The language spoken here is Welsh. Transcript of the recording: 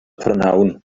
prynhawn